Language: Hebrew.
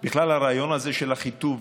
בכלל, הרעיון הזה של החיטוב